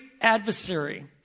adversary